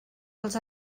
als